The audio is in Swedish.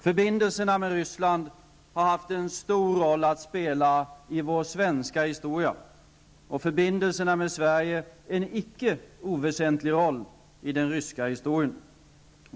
Förbindelserna med Ryssland har haft en stor roll att spela i vår svenska historia, och förbindelserna med Sverige spelar en icke oväsentlig roll i den ryska historien.